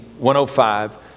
105